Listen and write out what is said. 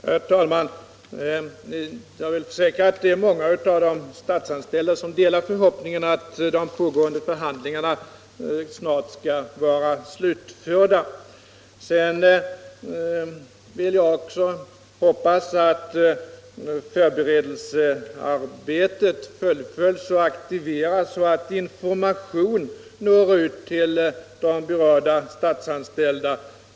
Herr talman! Jag vill försäkra att det är många av de statsanställda som delar förhoppningen att de pågående förhandlingarna snart skall vara slutförda. Jag vill även hoppas att förberedelsearbetet fullföljs och aktiveras så att information når ut till de berörda statsanställda.